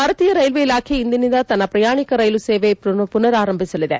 ಭಾರತೀಯ ರೈಲ್ವೇ ಇಲಾಖೆ ಇಂದಿನಿಂದ ತನ್ನ ಪ್ರಯಾಣಿಕ ರೈಲು ಸೇವೆಗಳನ್ನು ಮನರಾರಂಭಿಸಲಿದೆ